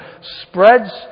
spreads